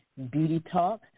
#BeautyTalk